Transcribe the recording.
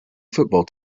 football